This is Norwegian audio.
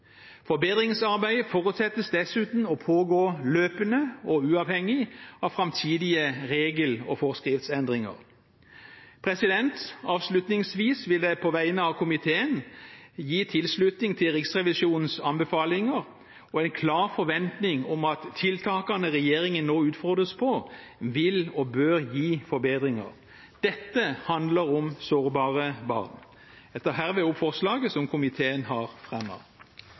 Forbedringsarbeidet forutsettes dessuten å pågå løpende og uavhengig av framtidige regel- og forskriftsendringer. Avslutningsvis vil jeg på vegne av komiteen gi tilslutning til Riksrevisjonens anbefalinger og en klar forventning om at tiltakene regjeringen nå utfordres på, vil og bør gi forbedringer. Dette handler om sårbare barn.